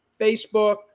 Facebook